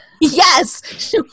yes